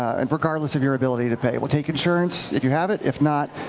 and regardless of your ability to pay. we'll take insurance if you have it. if not,